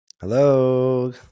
Hello